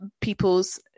people's